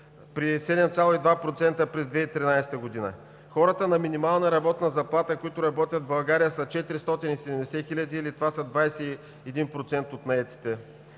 при 7,2% през 2013 г. Хората на минимална работна заплата, които работят в България, са 470 хиляди или това са 21% от наетите